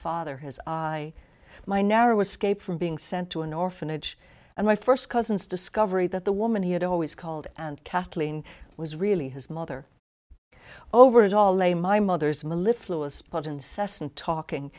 father his eye my narrow escape from being sent to an orphanage and my first cousins discovery that the woman he had always called and kathleen was really his mother over it all a my mother's malicious louis but incessant talking